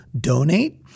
donate